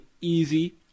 easy